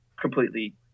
completely